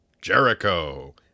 Jericho